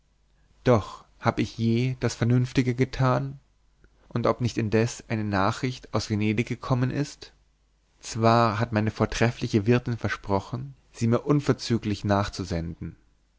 doch hab ich je das vernünftige getan und ob nicht indes eine nachricht aus venedig gekommen ist zwar hat meine vortreffliche wirtin versprochen sie mir unverzüglich nachzusenden